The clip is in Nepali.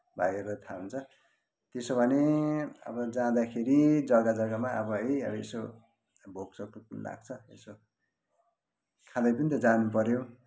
भाइहरूलाई थाहा हुन्छ त्यसो भने अब जाँदाखेरि जग्गा जग्गामा है यसो भोक सोक लाग्छ यसो खाँदै पनि त जानुपऱ्यो